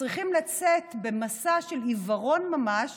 צריכים לצאת במסע של עיוורון ממש